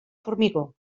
formigó